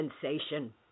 sensation